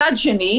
מצד שני,